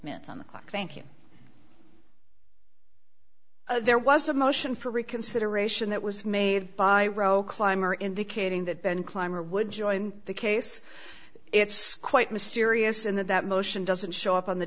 minutes on the clock thank you there was a motion for reconsideration that was made by row climber indicating that ben climber would join the case it's quite mysterious in that that motion doesn't show up on the